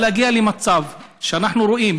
אבל להגיע למצב שאנחנו רואים,